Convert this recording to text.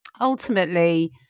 ultimately